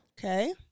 Okay